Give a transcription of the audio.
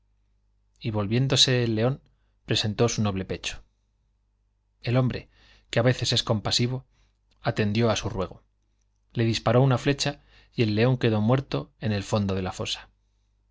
y volviéndose el león presentó el atendió á su el hombre que á veces es compasivo muerto en flecha y el león quedó ruego le disparó una el fondo de la fosa